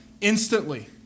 instantly